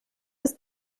ist